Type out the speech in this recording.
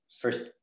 first